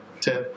Ten